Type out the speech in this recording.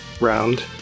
round